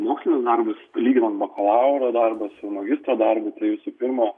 mokslinius darbus lyginant bakalauro darbą su magistro darbu tai visų pirma